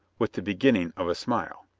with the beginning of a smile.